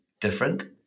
different